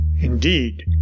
Indeed